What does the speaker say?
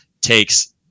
takes